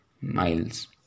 miles